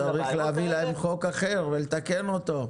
אז צריך להביא להם חוק אחר ולתקן אותו,